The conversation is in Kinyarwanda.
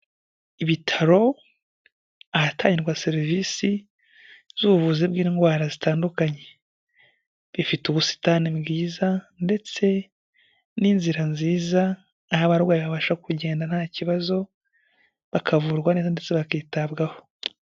Ibitaro ahatangirwa serivisi z'ubuvuzi bw'indwara zitandukanye, bifite ubusitani bwiza ndetse n'inzira nziza, aho abarwayi babasha kugenda nta kibazo bakavurwa neza ndetse bakitabwaho.